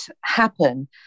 happen